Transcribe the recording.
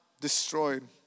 destroyed